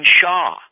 Shaw